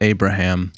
Abraham